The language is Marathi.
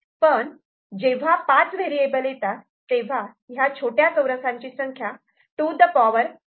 पण जेव्हा पाच व्हेरिएबल येतात तेव्हा ह्या छोट्या चौरसाची संख्या 2 द पावर 5 म्हणजे 32 होते